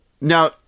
Now